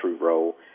role